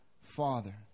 father